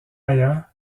ailleurs